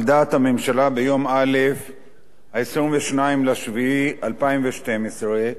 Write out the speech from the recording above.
על דעת הממשלה, ביום ראשון, 22 ביולי 2012,